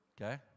Okay